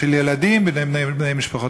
של ילדים בידי בני משפחותיהם.